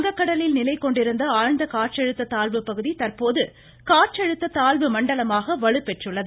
வங்க கடலில் நிலை கொண்டிருந்த ஆழ்ந்த காற்றழுத்த தாழ்வு பகுதி தற்போது காற்றழுத்த தாழ்வு மண்டலமாக வலுப்பெற்றுள்ளது